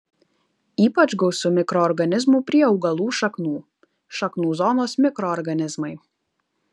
ypač gausu mikroorganizmų prie augalų šaknų šaknų zonos mikroorganizmai